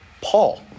Paul